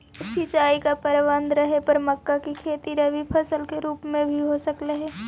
सिंचाई का प्रबंध रहे पर मक्का की खेती रबी फसल के रूप में भी हो सकलई हे